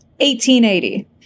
1880